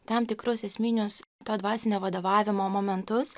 tam tikrus esminius to dvasinio vadovavimo momentus